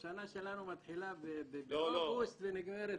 השנה שלנו מתחילה באוגוסט ונגמרת במאי.